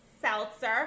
seltzer